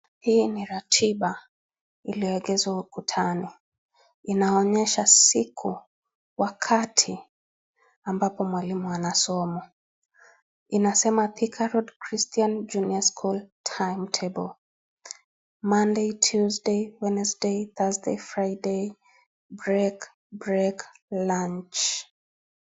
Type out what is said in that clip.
Hii ni ratiba iliyowekezwa ukutani. Inaonyesha siku, wakati ambapo mwalimu anasoma. Inasema " Thika Road Christian Junior school Time Table, Monday , Tuesday, Wednesday, Thursday, Friday, Break, Break, Lunch ".